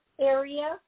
area